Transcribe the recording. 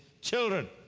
children